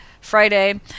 Friday